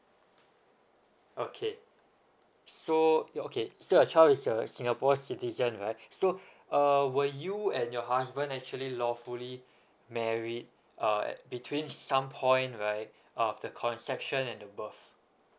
okay so okay so the child is a singapore citizen right so uh were you and your husband actually lawfully married uh between some point right of the conception and above